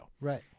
Right